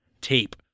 tape